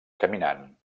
caminant